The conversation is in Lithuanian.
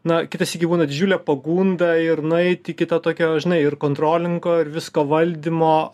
na kitą sykį būna didžiulė pagunda ir nueiti į kitą tokią žinai ir kontrolingo ir visko valdymo